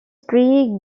three